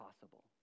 possible